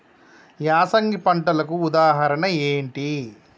యాసంగి పంటలకు ఉదాహరణ ఏంటి?